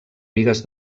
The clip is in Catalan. bigues